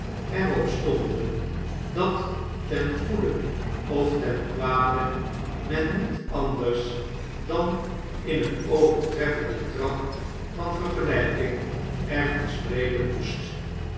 er op stonden dat ten goede of ten kwade men niet anders dan in een overtreffenden trap van vergelijking ervanspreken moest